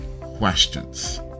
questions